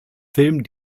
film